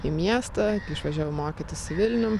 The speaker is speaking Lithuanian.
į miestą kai išvažiavau mokytis į vilnių